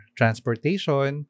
transportation